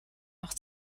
auch